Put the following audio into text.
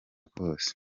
kose